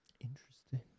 Interesting